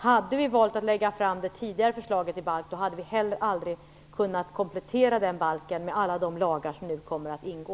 Hade vi valt att lägga fram det tidigare förslaget till balk, hade vi heller aldrig kunnat komplettera den balken med alla de lagar som nu kommer att ingå.